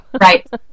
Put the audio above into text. Right